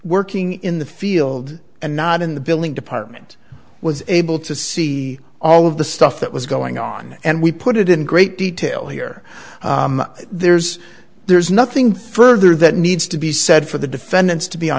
working in the field and not in the billing department was able to see all of the stuff that was going on and we put it in great detail here there's there's nothing further that needs to be said for the sentenced to be